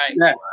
right